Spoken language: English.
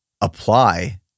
apply